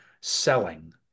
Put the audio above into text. selling